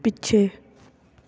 ਪਿੱਛੇ